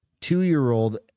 two-year-old